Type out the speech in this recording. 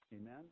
Amen